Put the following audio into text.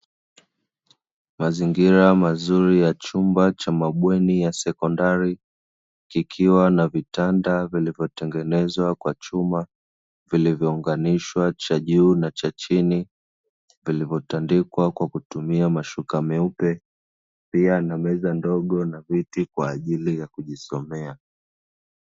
Mazingira mazuri ya chumba cha mabweni ya sekondari kikiwa na vitanda vilivyotengenezwa kwa chuma vilivyounganishwa cha juu na cha chini, vilivyotandikwa kwa kutumia mashuka meupe, pia na meza ndogo na viti kwa ajili ya kujisomea.